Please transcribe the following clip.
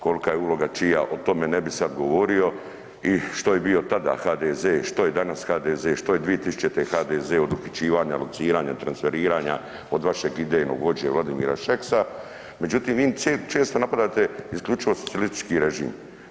Kolika je uloga čija, o tome ne bi sad govorio i što je bio tada HDZ, što je danas HDZ, što je 2000. g. HDZ od uhićivanja, lociranja, transferiranja, od vašeg idejnog vođe Vladimira Šeksa, međutim, vi često napadate isključivo socijalistički režim.